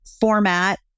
format